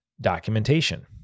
documentation